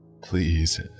Please